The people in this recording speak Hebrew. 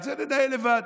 את זה ננהל לבד.